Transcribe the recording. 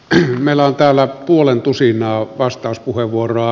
meillä on täällä puolentusinaa vastauspuheenvuoroa